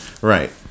right